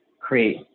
create